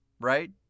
right